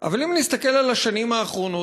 אבל אם נסתכל על השנים האחרונות,